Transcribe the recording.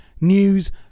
news